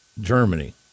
germany